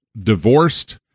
divorced